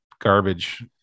garbage